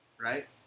Right